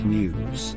News